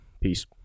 Peace